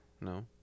No